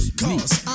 cause